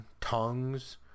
tongues